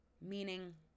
meaning